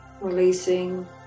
releasing